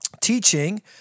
teaching